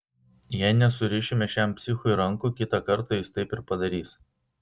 jei nesurišime šiam psichui rankų kitą kartą jis taip ir padarys